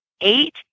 eight